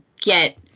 get